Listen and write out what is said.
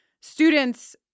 students